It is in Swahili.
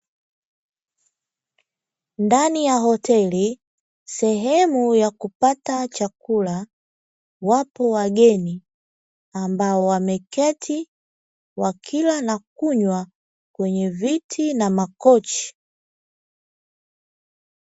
Ndani ya hoteli sehemu ya kupata chakula wapo wageni, ambao wameketi wakila na kunywa kwenye viti na makochi.